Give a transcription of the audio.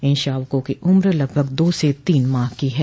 इन शावकों की उम्र लगभग दो से तीन माह की है